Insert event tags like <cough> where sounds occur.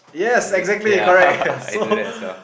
yes exactly correct <laughs> so